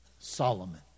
Solomon